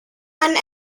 and